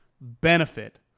benefit